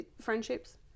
Friendships